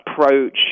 approach